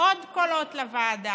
עוד קולות לוועדה.